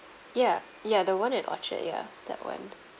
ya ya the one in orchard ya that [one]